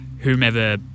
whomever